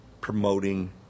promoting